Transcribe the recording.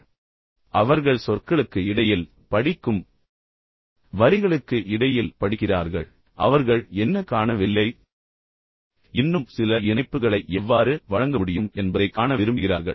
உண்மையில் அவர்கள் சொற்களுக்கு இடையில் படிக்கும் வரிகளுக்கு இடையில் படிக்கிறார்கள் அவர்கள் என்ன காணவில்லை இன்னும் சில இணைப்புகளை எவ்வாறு வழங்க முடியும் என்பதைக் காண விரும்புகிறார்கள்